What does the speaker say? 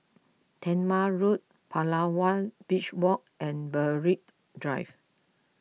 Talma Road Palawan Beach Walk and Berwick Drive